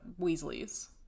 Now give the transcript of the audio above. Weasleys